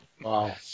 Wow